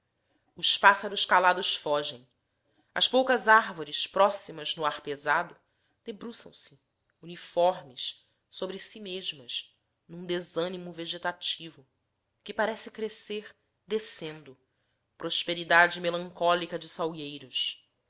os pássaros calados fogem as poucas árvores próximas no ar parado debruçam se uniformes sobre si mesmas num desanimo vegetativo que parece crescer descendo prosperidade melancólica de salgueiros